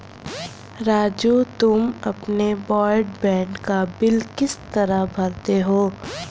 राजू तुम अपने ब्रॉडबैंड का बिल किस तरह भरते हो